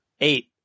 Eight